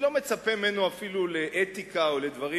אני לא מצפה ממנו אפילו לאתיקה או לדברים